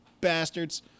bastards